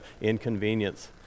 inconvenience